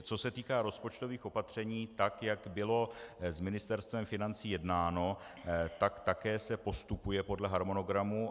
Co se týká rozpočtových opatření tak, jak bylo s Ministerstvem financí jednáno, tak také se postupuje podle harmonogramu.